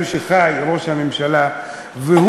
שראש הממשלה חי בהם,